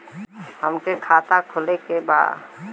हमके खाता खोले के बा?